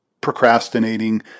procrastinating